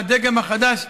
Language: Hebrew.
הדגם החדש,